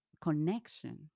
connection